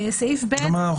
כלומר,